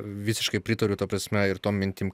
visiškai pritariu ta prasme ir tom mintim